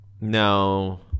No